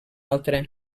altra